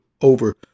over